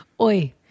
Oi